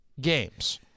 games